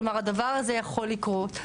כלומר הדבר הזה יכול לקרות.